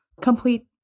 complete